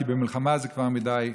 כי במלחמה זה כבר מדי מאוחר.